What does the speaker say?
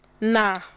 nah